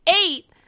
eight